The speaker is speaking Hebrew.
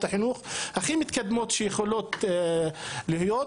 החינוך הכי מתקדמות שיכולות להיות,